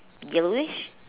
yellowish